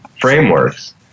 frameworks